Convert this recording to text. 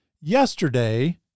yesterday